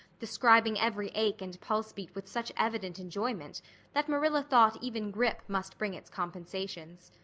describing every ache and pulse beat with such evident enjoyment that marilla thought even grippe must bring its compensations.